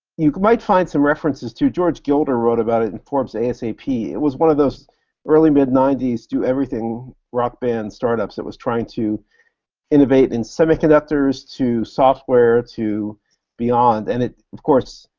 you might find some references to. george gilder wrote about it in forbes asap. it was one of those early-mid ninety s do-everything rock band startups. it was trying to innovate in semiconductors to software to beyond, and it, of course,